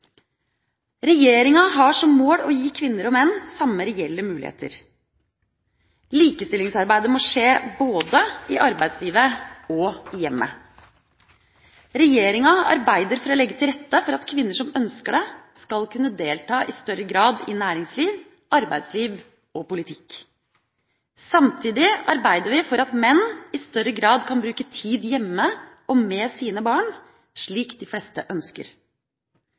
Regjeringa har som mål å gi kvinner og menn samme reelle muligheter. Likestillingsarbeidet må skje både i arbeidslivet og i hjemmet. Regjeringa arbeider for å legge til rette for at kvinner som ønsker det, skal kunne delta i større grad i næringsliv, arbeidsliv og politikk. Samtidig arbeider vi for at menn i større grad kan bruke tid hjemme og med sine barn, slik de fleste ønsker.